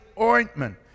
ointment